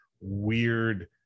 weird